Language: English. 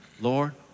Lord